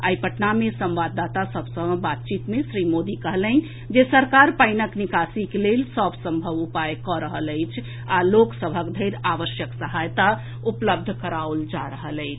आइ पटना मे संवाददाता सभ सॅ बातचीत मे श्री मोदी कहलनि जे सरकार पानिक निकासीक लेल सभ संभव उपाय कऽ रहल अछि आ लोक सभक धरि आवश्यक सहायता उपलब्ध कराओल जा रहल अछि